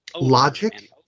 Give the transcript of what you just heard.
Logic